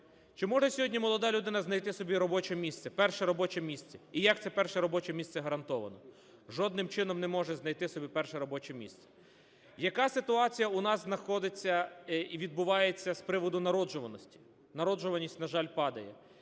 Чи може сьогодні молода людина знайти собі робоче місце, перше робоче місце, і як це перше робоче місце гарантовано? Жодним чином не може знайти собі перше робоче місце. Яка ситуація у нас знаходиться і відбувається з приводу народжуваності? Народжуваність, на жаль, падає.